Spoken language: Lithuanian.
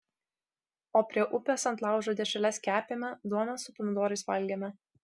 o prie upės ant laužo dešreles kepėme duoną su pomidorais valgėme